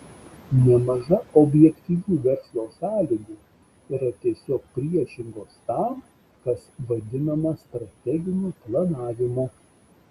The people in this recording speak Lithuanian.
nemaža objektyvių verslo sąlygų yra tiesiog priešingos tam kas vadinama strateginiu planavimu